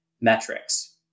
metrics